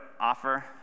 offer